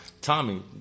Tommy